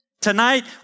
Tonight